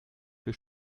für